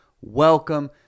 welcome